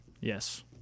yes